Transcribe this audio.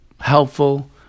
helpful